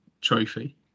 Trophy